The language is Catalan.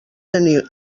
tenir